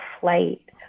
flight